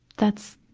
that's,